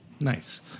Nice